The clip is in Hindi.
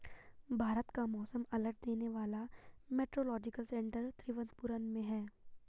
भारत का मौसम अलर्ट देने वाला मेट्रोलॉजिकल सेंटर तिरुवंतपुरम में है